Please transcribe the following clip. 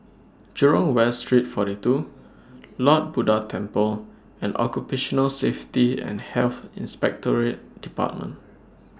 Jurong West Street forty two Lord Buddha Temple and Occupational Safety and Health Inspectorate department